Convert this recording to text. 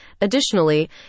Additionally